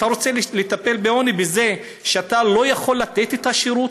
אתה רוצה לטפל בעוני בזה שאתה לא יכול לתת את השירות?